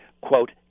quote